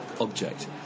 object